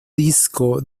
disco